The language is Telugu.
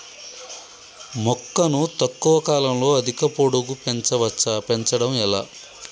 మొక్కను తక్కువ కాలంలో అధిక పొడుగు పెంచవచ్చా పెంచడం ఎలా?